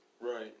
Right